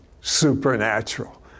supernatural